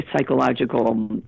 psychological